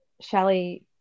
Shelly